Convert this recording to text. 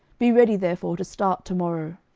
be ready, therefore, to start to-morrow